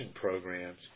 programs